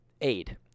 aid